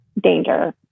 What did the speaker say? danger